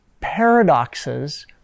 paradoxes